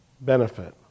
benefit